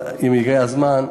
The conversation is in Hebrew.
אבל אם הגיע הזמן,